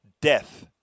death